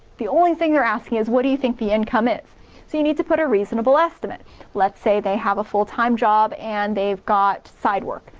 the only thing you're asking is what do you think the income is. so you need to put a reasonable estimate let's say they have a full-time job and they've got side work.